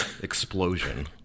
explosion